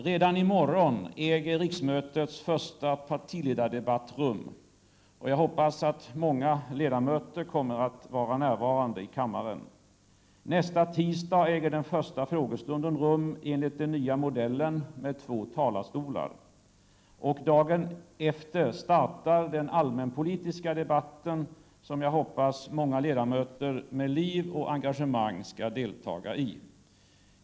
Redan i morgon äger riksmötets första partiledardebatt rum, och jag hoppas att många ledamöter då kommer att vara närvarande i kammaren. Nästa tisdag äger den första frågestunden rum enligt den nya modellen med två talarstolar. Dagen efter startar den allmänpolitiska debatten, som jag hoppas att många ledamöter med liv och engagemang skall delta i.